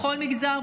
בכל מגזר,